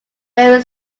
very